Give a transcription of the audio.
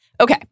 Okay